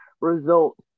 result